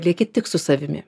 lieki tik su savimi